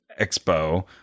expo